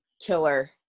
killer